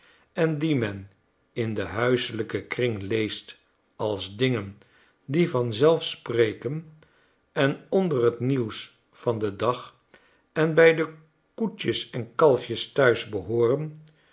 en die men in den huiselijken kring leest als dingen die van zelf spreken en onder het nieuws van den dag en bij de koetjes en kalfjes thuis behooren